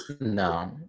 No